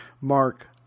Mark